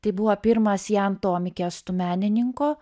tai buvo pirmas jan tomik estų menininko